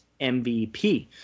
mvp